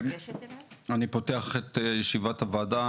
אני פותח את ישיבת הוועדה,